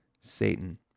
Satan